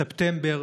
ספטמבר,